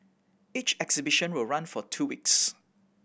each exhibition will run for two weeks